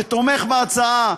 שתומך בהצעה,